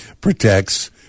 protects